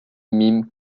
mime